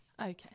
Okay